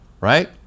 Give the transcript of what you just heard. right